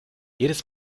jedes